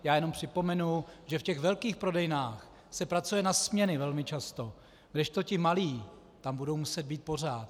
Já jenom připomenu, že v těch velkých prodejnách se pracuje na směny velmi často, kdežto ti malí tam budou muset být pořád.